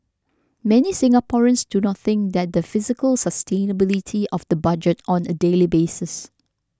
many Singaporeans do not think that the fiscal sustainability of the budget on a daily basis